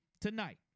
tonight